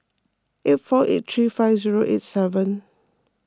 eight four eight three five zero eight seven